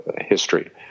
history